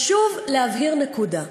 חשוב להבהיר נקודה: